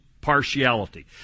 partiality